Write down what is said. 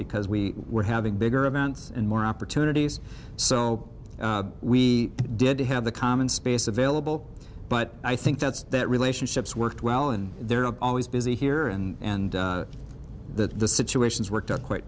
because we were having bigger events and more opportunities so we did have the common space available but i think that's that relationships worked well and there are always busy here and the situations worked out quite